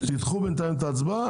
תדחו בינתיים את ההצבעה,